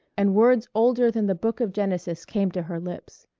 and words older than the book of genesis came to her lips.